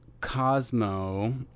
Cosmo